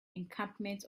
encampment